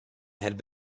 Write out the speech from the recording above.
had